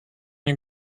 you